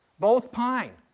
both pine,